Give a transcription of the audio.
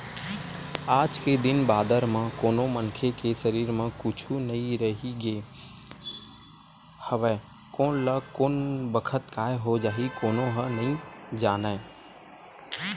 आज के दिन बादर म कोनो मनखे के सरीर म कुछु नइ रहिगे हवय कोन ल कोन बखत काय हो जाही कोनो ह नइ जानय